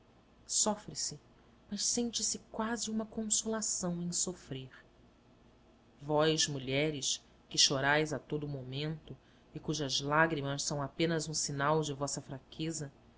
sofre se mas sente-se quase uma consolação em sofrer vós mulheres que chorais a todo o momento e cujas lágrimas são apenas um sinal de vossa fraqueza